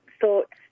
thoughts